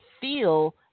feel